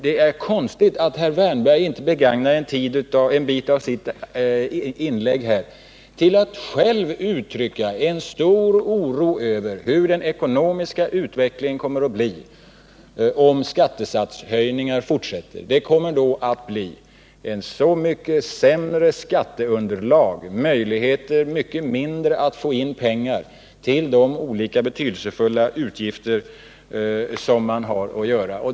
Det är konstigt att herr Wärnberg inte begagnar en del av sitt inlägg här till att själv uttrycka en stor oro över hur den ekonomiska utvecklingen kommer att bli om skattesatshöjningar fortsätter. Det kommer då att bli mycket sämre skatteunderlag och mycket mindre möjligheter att få in pengar till de olika betydelsefulla utgifter man har.